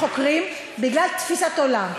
אתה כאילו אומר ששוטרים חוקרים בגלל תפיסת עולם.